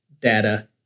data